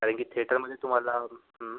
कारण की थेटरमध्ये तुम्हाला